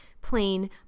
plain